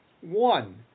One